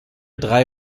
drei